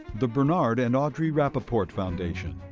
the bernard and audre rapoport foundation.